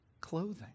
clothing